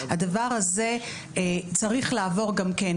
הדבר הזה צריך לעבור גם כן,